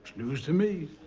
news to me.